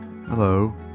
Hello